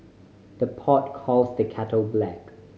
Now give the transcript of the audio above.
the pot calls the kettle black